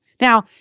Now